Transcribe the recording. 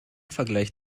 vergleich